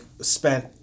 spent